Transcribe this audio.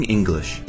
English